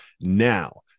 now